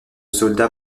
solda